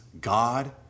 God